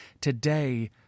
Today